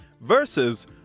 versus